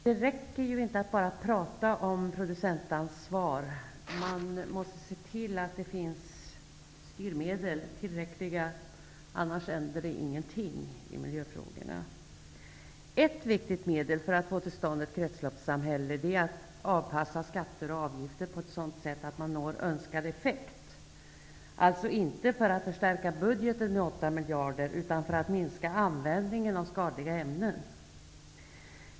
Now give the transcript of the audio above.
Herr talman! Det räcker inte att bara tala om producentansvar. Man måste också tillse att det finns tillräckliga styrmedel. Annars händer ingenting i miljöfrågorna. Ett viktigt medel för att få till stånd ett kretsloppssamhälle är att avpassa skatter och avgifter på ett sådant sätt att man når önskad effekt. Avsikten är alltså inte att förstärka budgeten med 8 miljarder, utan att minska användningen av skadliga ämnen.